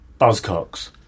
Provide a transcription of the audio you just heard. Buzzcocks